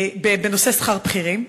בנושא שכר בכירים,